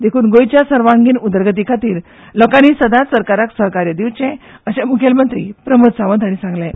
देखून गोंयच्या सर्वांगी उदरगती खातीर लोकांनी सदांच सरकाराक सहकार्य दिवचें अशें मुखेलमंत्री प्रमोद सावंत हांणी सांगलें